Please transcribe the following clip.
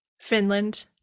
Finland